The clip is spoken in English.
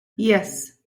yes